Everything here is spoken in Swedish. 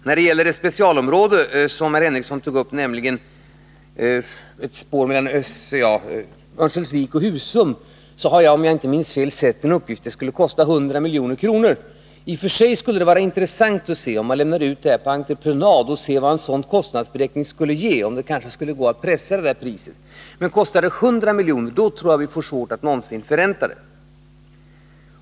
När det gäller det speciella område som herr Henricsson tog upp, nämligen ett spår mellan Örnsköldsvik och Husum, har jag, om jag inte minns fel, sett en uppgift om att det skulle kosta 100 milj.kr. I och för sig skulle det vara intressant att lämna ut det här på entreprenad och se vad en sådan kostnadsberäkning skulle ge; då kanske det skulle gå att pressa det där priset. Men kostar det 100 milj.kr., tror jag att vi får svårt att någonsin förränta det.